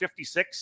56